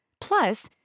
Plus